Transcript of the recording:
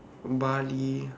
bali